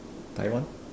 Taiwan